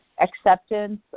acceptance